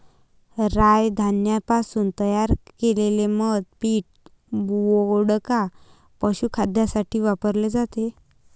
राय धान्यापासून तयार केलेले मद्य पीठ, वोडका, पशुखाद्यासाठी वापरले जाते